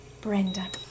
Brenda